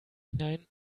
hinein